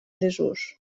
desús